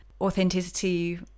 authenticity